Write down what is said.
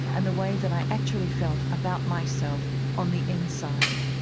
and the way that i actually felt about myself on the inside.